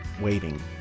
waiting